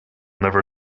never